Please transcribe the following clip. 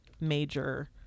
major